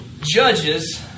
Judges